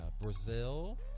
Brazil